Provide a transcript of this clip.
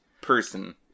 person